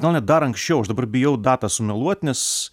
gal net dar anksčiau aš dabar bijau datą sumeluot nes